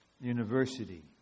university